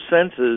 senses